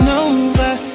over